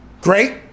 Great